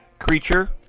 Creature